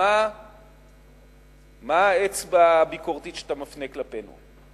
מה האצבע הביקורתית שאתה מפנה כלפינו?